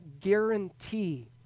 guarantee